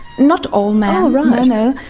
not all men, um you know